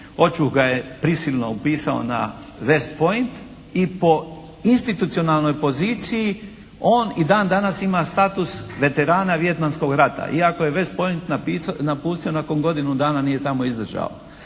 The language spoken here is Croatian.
Očuh ga je prisilno upisao na West Point i po institucionalnoj poziciji on i dan danas ima status veterana Vijetnamskog rata. Iako je West Point napustio nakon godinu, nije tamo izdržao.